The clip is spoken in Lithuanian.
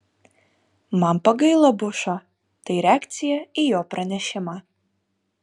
man pagailo bušo tai reakcija į jo pranešimą